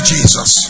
Jesus